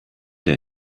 der